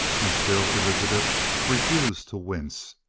and still elizabeth refused to wince.